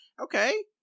okay